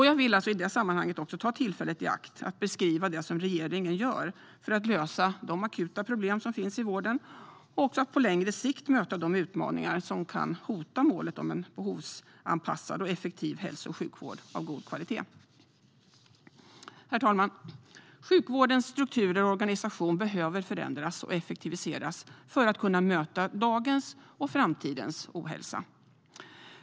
Jag vill i detta sammanhang ta tillfället i akt att beskriva det som regeringen gör för att lösa de akuta problem som finns i vården och för att på längre sikt möta de utmaningar som kan hota målet om en behovsanpassad och effektiv hälso och sjukvård av god kvalitet. Herr talman! Sjukvårdens strukturer och organisation behöver förändras och effektiviseras för att kunna möta dagens och framtidens ohälsa.